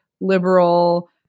liberal